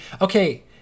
Okay